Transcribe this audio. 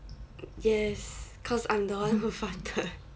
yes cause I'm the one who farted